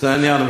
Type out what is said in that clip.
קסֵניה סבטלובה.